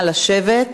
נא לשבת.